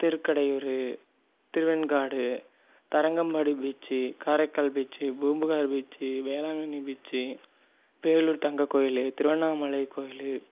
Thirukkadaiyur Thiruvenkadu Tharangambadi beach Karaikal beach Poompuhar beach Velankanni beach Vellore தங்கக்கோயில் திருவண்ணாமலை கோயில்